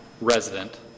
resident